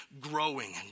growing